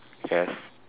yes